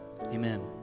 Amen